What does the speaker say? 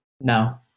No